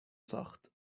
ساخت